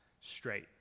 straight